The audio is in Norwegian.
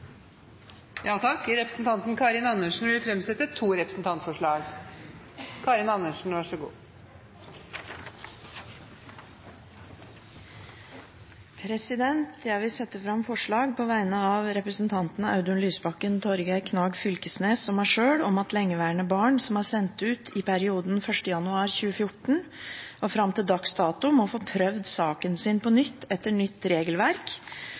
Representanten Karin Andersen vil fremsette to representantforslag. Jeg vil på vegne av stortingsrepresentantene Audun Lysbakken, Torgeir Knag Fylkesnes og meg sjøl sette fram forslag om at lengeværende asylbarn som er sendt ut i perioden 1. januar 2014 og fram til dags dato, 18. desember 2014, må få prøvd saken sin på nytt etter nytt regelverk.